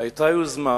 היתה יוזמה